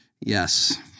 Yes